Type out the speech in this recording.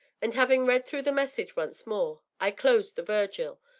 and having read through the message once more, i closed the virgil,